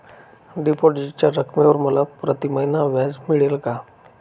डिपॉझिटच्या रकमेवर मला प्रतिमहिना व्याज मिळेल का?